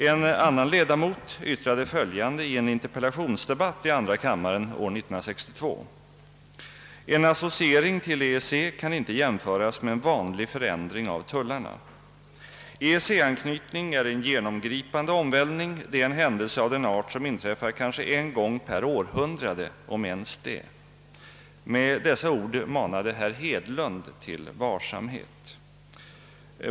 En annan ledamot yttrade följande i en interpellationsdebatt i andra kammaren år 1962: »En associering till EEC kan inte jämföras med en vanlig förändring av tullarna. EEC-anknytning är en genomgripande omvälvning; det är en händelse av den art som inträffar kanske en gång per århundrade — om ens det.» Med dessa ord manade herr Hedlund till varsamhet.